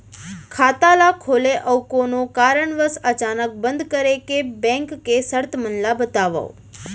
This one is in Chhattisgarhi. खाता ला खोले अऊ कोनो कारनवश अचानक बंद करे के, बैंक के शर्त मन ला बतावव